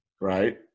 Right